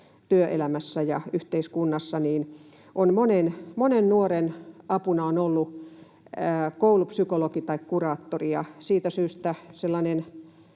työelämässä ja yhteiskunnassa. Monen nuoren apuna on ollut koulupsykologi tai ‑kuraattori, ja siitä syystä sellainen